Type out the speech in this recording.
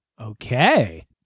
Okay